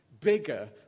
bigger